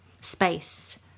space